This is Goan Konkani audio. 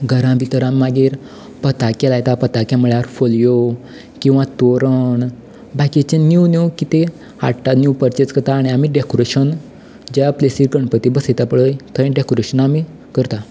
घरां भितर आमी मागीर पताके लायता पताके म्हळ्यार फोलयो किंवा तोरण बाकीचें नीव नीव कितें हाडटा नीव नीव कितें परचेज करता तें आमी डेकोरेशन ज्या प्लेसीर गणपती बसयता पळय थंय डेकोरेशन आमी करता